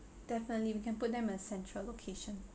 definitely we can put them a central location